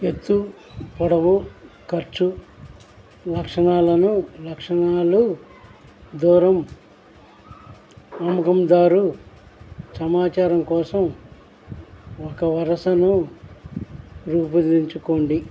ఎత్తు పొడవు ఖర్చు లక్షణాలను లక్షణాలు దూరం అమ్మకందారు సమాచారం కోసం ఒక వరసను రూపొందించుకోండి